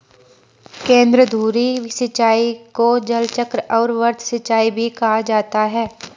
केंद्रधुरी सिंचाई को जलचक्र और वृत्त सिंचाई भी कहा जाता है